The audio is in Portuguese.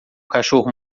cachorro